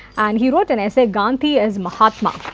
and he wrote an essay gandhi as mahatma,